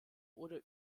oder